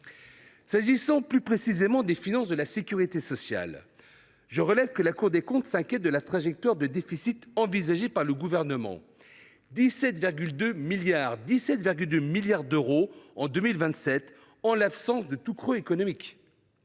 concerne plus précisément les finances de la sécurité sociale, je relève que la Cour des comptes s’inquiète de la trajectoire de déficit envisagée par le Gouvernement : 17,2 milliards d’euros en 2027, en l’absence de tout creux économique.